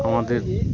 আমাদের